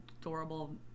adorable